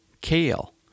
kale